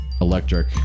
electric